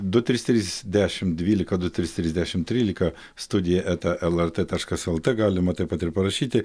du trys trys dešim dvylika du trys trys dešim trylika studija eta lrt taškas lt galima taip pat ir parašyti